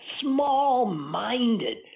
small-minded